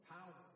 Power